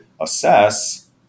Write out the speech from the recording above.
assess